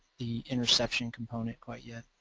the interception component quite yet.